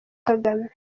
kagame